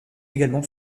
également